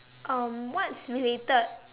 um what's related